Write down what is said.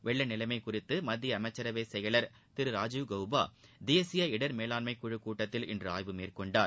வெள்ள நிலைமை குறித்து மத்திய அமைச்சரவை செயலர் திரு ராஜீவ் கௌபா தேசிய இடர் மேலாண்மை குழுக் கூட்டத்தில் இன்று ஆய்வு மேற்கொண்டார்